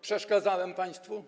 Przeszkadzałem państwu?